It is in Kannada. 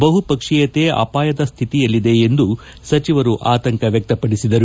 ಬಹುಪಕ್ಷೀಯತೆ ಅಪಾಯದ ಸ್ಟಿತಿಯಲ್ಲಿದೆ ಎಂದು ಸಚಿವರು ಬುಧವಾರ ಆತಂಕ ವ್ಯಕ್ತಪಡಿಸಿದ್ದರು